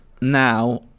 now